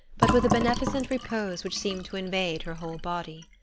but with a beneficent repose which seemed to invade her whole body.